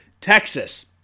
Texas